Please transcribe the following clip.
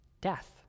death